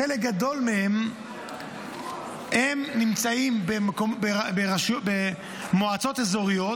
חלק גדול מהם נמצאים במועצות אזוריות,